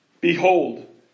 behold